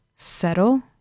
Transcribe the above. settle